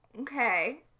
Okay